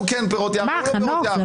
חנוך,